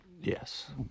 Yes